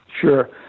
Sure